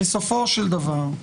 בסופו של דבר,